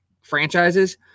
franchises